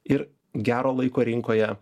ir gero laiko rinkoje